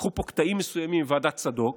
לקחו פה קטעים מסוימים מוועדת צדוק,